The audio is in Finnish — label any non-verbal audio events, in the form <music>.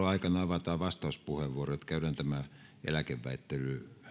<unintelligible> aikana avataan vastauspuheenvuorot niin käydään tämä eläkeväittely